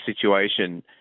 situation